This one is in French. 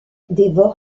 dévore